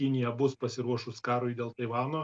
kinija bus pasiruošus karui dėl taivano